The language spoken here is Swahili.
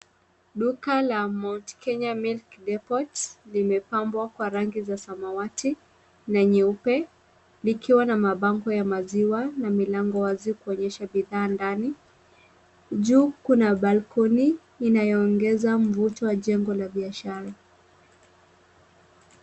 Duka la Mount Kenya Milk Depot limepambwa kwa rangi za samawati na nyeupe likiwa na mabango ya maziwa na milango wazi kuonyesha bidhaa ndani. Juu kuna balcony inayoongeza mvuto wa jengo la biashara.